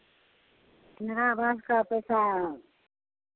इन्दिराआवास का पैसा